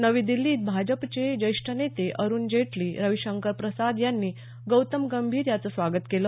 नवी दिल्लीत भाजपचे ज्येष्ठ नेते अरुण जेटली रविशंकर प्रसाद यांनी गौतम गंभीर याचं स्वागत केलं